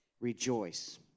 rejoice